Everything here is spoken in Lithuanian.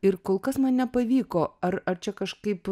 ir kol kas man nepavyko ar ar čia kažkaip